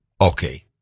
okay